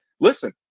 listen